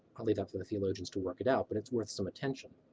i'll leave that for the theologians to work it out but it's worth some attention.